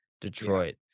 Detroit